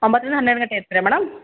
ಒಂಬತ್ತರಿಂದ ಹನ್ನೆರಡು ಗಂಟೆ ಇರ್ತೀರಾ ಮೇಡಮ್